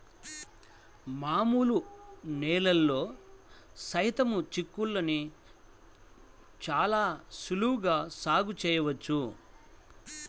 మామూలు నేలల్లో సైతం చిక్కుళ్ళని చాలా సులభంగా సాగు చేయవచ్చు